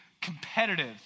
competitive